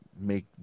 make